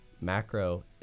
Macro